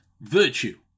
virtue